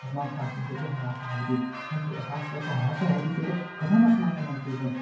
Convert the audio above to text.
अस्माकं शास्त्रस्य अद्य ह्रासद् भवति संस्कृतशास्त्रस्य ह्रासं भवति चेत् कथमस्माकं संस्कृतिः स